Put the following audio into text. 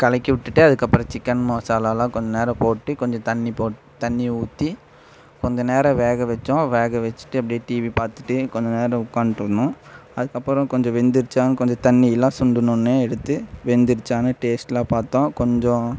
கலக்கிவிட்டுட்டு அதுக்கப்புறோம் சிக்கன் மசாலா எல்லாம் கொஞ்ச நேரம் போட்டு கொஞ்சம் தண்ணி போட்டு தண்ணி ஊற்றி கொஞ்ச நேரம் வேக வச்சோம் வேக வச்சிவிட்டு அப்படியே டிவி பார்த்துடே கொஞ்ச நேரம் உட்கான்ட்டு இருந்தோம் அதுக்கப்புறம் கொஞ்ச வெந்துருச்சா கொஞ்சம் தண்ணி எல்லாம் சுண்டுனோனே எடுத்து வெந்துருச்சான்னு டேஸ்ட்லாம் பார்த்தோம் கொஞ்சம்